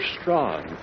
strong